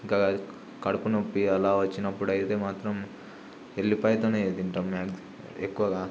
కడుపునొప్పి అలా వచ్చినప్పుడు అయితే ఉమాత్రం ఎల్లిపాయతోనే తింటాం మ్యాక్సీ ఎక్కువగా